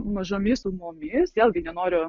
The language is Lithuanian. mažomis sumomis vėlgi nenoriu